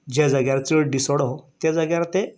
ज्या जाग्यार चड डिसवडो ते जाग्यार ते